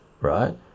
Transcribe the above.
right